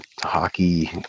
Hockey